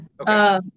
Okay